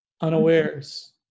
Unawares